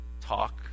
talk